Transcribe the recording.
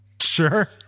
sure